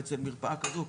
אצל מרפאה כזו,